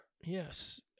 yes